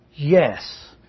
Yes